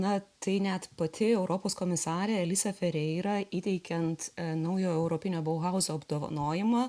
na tai net pati europos komisarė alisa fereira įteikiant naujo europinio bauhauzo apdovanojimą